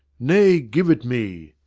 nay, give it me.